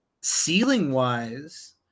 ceiling-wise